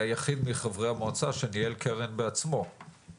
היחיד מחברי המועצה שניהל קרן בעצמו,